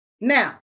Now